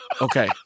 okay